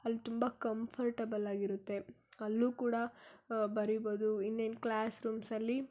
ಅಲ್ಲಿ ತುಂಬ ಕಂಫರ್ಟಬಲ್ ಆಗಿರುತ್ತೆ ಅಲ್ಲೂ ಕೂಡ ಬರೀಬೋದು ಇನ್ನೇನ್ನು ಕ್ಲಾಸ್ರೂಮ್ಸಲ್ಲಿ